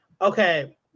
Okay